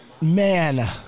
Man